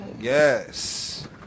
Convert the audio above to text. Yes